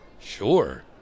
Sure